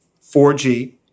4G